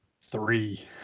Three